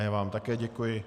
Já vám také děkuji.